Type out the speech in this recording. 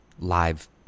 live